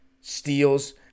steals